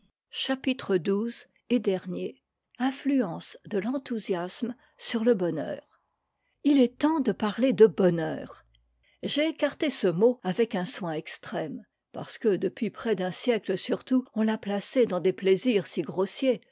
chapitre xii et dernier influence de l'enthousiasme sur le bonheur il est temps de parler de bonheur j'ai écarté ce mot avec un soin extrême parce que depuis près d'un siècle surtout on l'a placé dans des plaisirs si grossiers